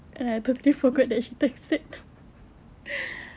then I totally forgot that she texted